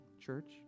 church